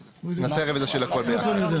נעשה רוויזיה של הכול ביחד.